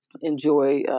enjoy